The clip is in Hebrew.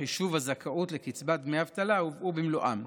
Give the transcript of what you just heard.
חישוב הזכאות לקצבה דמי אבטלה הובאו במלואם,